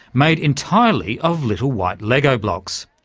made entirely of little white lego blocks,